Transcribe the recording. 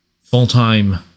full-time